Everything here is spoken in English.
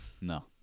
No